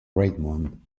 raymond